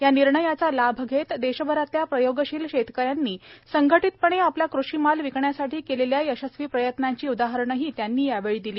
या निर्णयाचा लाभ घेत देशभरातल्या प्रयोगशील शेतकऱ्यांनी संघटितपणे आपला कृषी माल विकण्यासाठी केलेल्या यशस्वी प्रयत्नांची उदाहरणंही त्यांनी यावेळी दिली